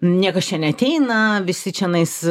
niekas čia neateina visi čenais